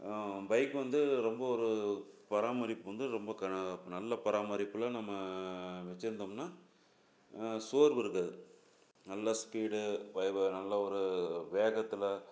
bike வந்து ரொம்ப ஒரு பராமரிப்பு வந்து ரொம்ப நல்ல பராமரிப்பில் நம்ம வச்சிருந்தோம்னா சோர்வு இருக்காது நல்ல ஸ்பீடு நல்ல ஒரு வேகத்தில்